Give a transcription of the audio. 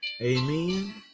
amen